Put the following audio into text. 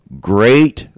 great